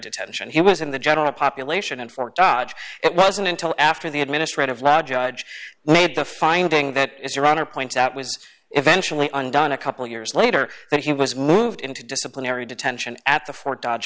detention he was in the general population in fort dodge it wasn't until after the administrative law judge made the finding that is around a point out was eventually undone a couple of years later that he was moved into disciplinary detention at the fort dodge